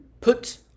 put